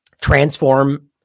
transform